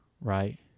right